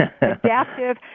Adaptive